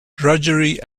drudgery